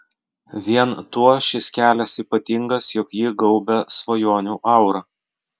vien tuo šis kelias ypatingas juk jį gaubia svajonių aura